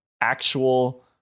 actual